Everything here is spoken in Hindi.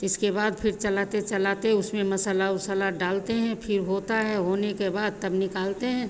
इसके बाद फिर चलाते चलाते उसमें मसाला उसाला डालते हैं फिर होता है होने के बाद तब निकालते हैं